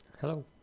Hello